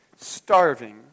starving